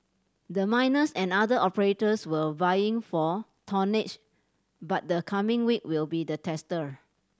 the miners and other operators were vying for tonnage but the coming week will be the tester